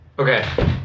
Okay